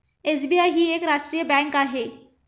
SBI ही एक राष्ट्रीय बँक आहे